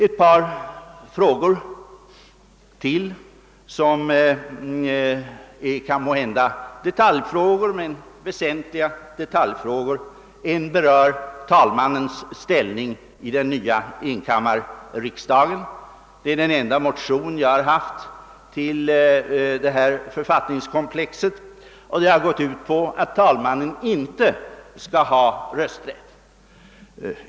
Ett par frågor till som kanske är detaljfrågor men väsentliga sådana; en berör talmannens ställning i den nya enkammarriksdagen. Den enda motion som jag har väckt till detta författningskomplex tar upp denna fråga och går ut på att talmannen inte skall ha rösträtt.